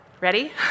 Ready